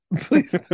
Please